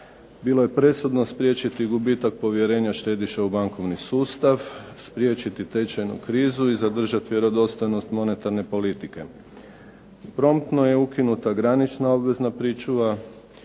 Bilo je presudno spriječiti gubitak povjerenja štediša u bankovni sustav, spriječiti tečajnu krizu i zadržati vjerodostojnost monetarne politike. Promptno je ukinuta granična obvezna pričuva